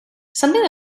something